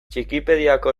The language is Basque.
txikipediako